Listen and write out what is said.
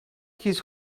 his